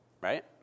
Right